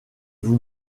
vous